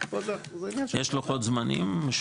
פה זה עניין --- יש לוחות זמנים?